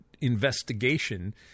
investigation